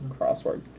crossword